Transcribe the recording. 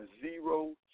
zero